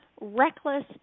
reckless